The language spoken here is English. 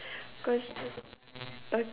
cause uh